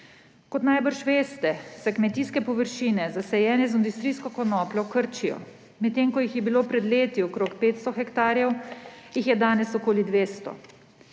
Kot najbrž veste, se kmetijske površine, zasajene z industrijsko konopljo, krčijo. Medtem ko jih je bilo pred leti okrog 500 hektarjev, jih je danes okoli 200.